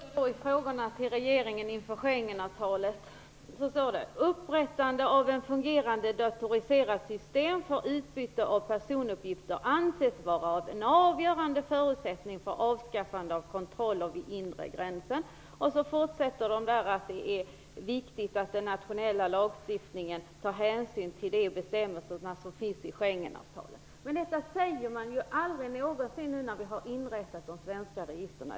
Herr talman! Ändå står det i frågorna till regeringen inför Schengenavtalet att upprättandet av ett fungerande datoriserat system för utbyte av personuppgifter anses vara en avgörande förutsättning för avskaffande av kontroll av den inre gränsen. Det står också att det är viktigt att den nationella lagstiftningen tar hänsyn till de bestämmelser som finns i Schengenavtalet. Men detta sägs aldrig någonsin nu när vi inrättat de svenska registren.